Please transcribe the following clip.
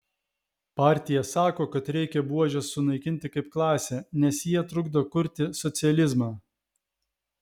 partija sako kad reikia buožes sunaikinti kaip klasę nes jie trukdo kurti socializmą